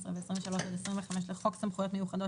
12 ו-23 עד 25 לחוק סמכויות מיוחדות